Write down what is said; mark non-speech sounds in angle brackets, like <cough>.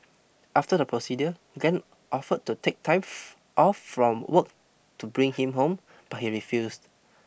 after the procedure Glen offered to take time <noise> off from work to bring him home but he refused